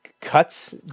cuts